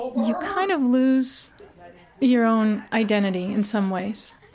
you kind of lose your own identity in some ways.